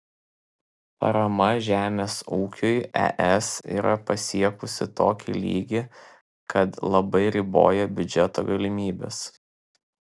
parama žemės ūkiui es yra pasiekusį tokį lygį kad labai riboja biudžeto galimybes